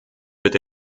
wird